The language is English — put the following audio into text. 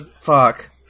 fuck